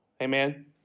amen